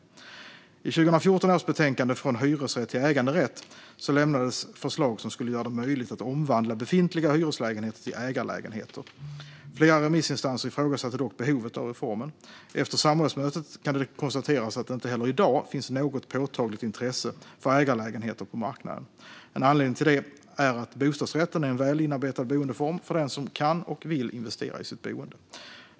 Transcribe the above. I 2014 års betänkande Från hyresrätt till äganderätt lämnades förslag för att göra det möjligt att omvandla befintliga hyreslägenheter till ägarlägenheter. Flera remissinstanser ifrågasatte dock behovet av reformen. Efter samrådsmötet kan det konstateras att det inte heller i dag finns något påtagligt intresse för ägarlägenheter på marknaden. En anledning till det är att bostadsrätten är en väl inarbetad boendeform för den som kan och vill investera i sitt boende.